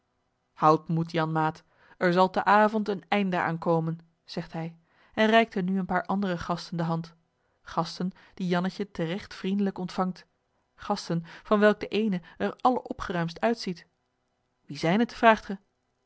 houd moed janmaat er zal te avond een einde aan komen zegt hij en reikte nu een paar andere gasten de hand gasten die jannetje te regt vriendelijk ontvangt gasten van welke de eene er alleropgeruimdst uitziet wie zijn het vraagt ge